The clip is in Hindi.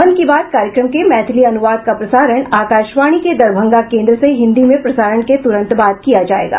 मन की बात कार्यक्रम के मैथिली अनुवाद का प्रसारण आकाशवाणी के दरभंगा केन्द्र से हिन्दी में प्रसारण के तुरंत बाद किया जायेगा